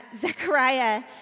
Zechariah